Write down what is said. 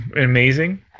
amazing